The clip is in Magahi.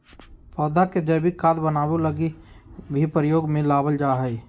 पौधा के जैविक खाद बनाबै लगी भी प्रयोग में लबाल जा हइ